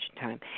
time